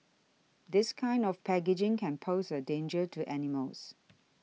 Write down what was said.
this kind of packaging can pose a danger to animals